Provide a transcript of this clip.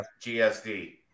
GSD